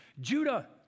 Judah